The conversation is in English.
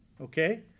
Okay